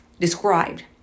described